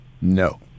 No